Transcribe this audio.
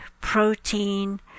protein